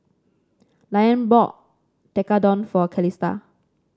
Liane bought Tekkadon for Calista